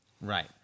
Right